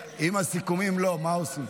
הסיכומים לא, מה עושים?